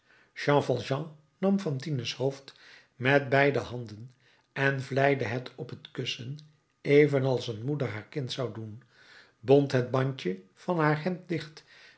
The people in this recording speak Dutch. nam fantine's hoofd met beide handen en vlijde het op het kussen evenals een moeder haar kind zou doen bond het bandje van haar hemd dicht